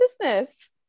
business